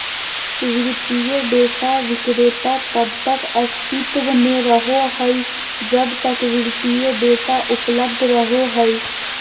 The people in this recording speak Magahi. वित्तीय डेटा विक्रेता तब तक अस्तित्व में रहो हइ जब तक वित्तीय डेटा उपलब्ध रहो हइ